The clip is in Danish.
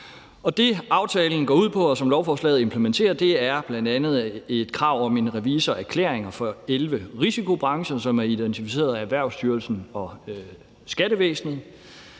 det, aftalen går ud på, og som lovforslaget implementerer, er bl.a. et krav om en revisorerklæring for 11 risikobrancher, som er identificeret af Erhvervsstyrelsen og skattevæsenet.